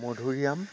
মধুৰিআম